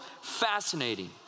fascinating